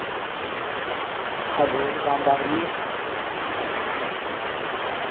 hello Ram Ram जी